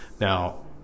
Now